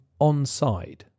onside